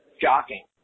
shocking